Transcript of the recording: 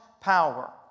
power